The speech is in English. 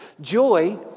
Joy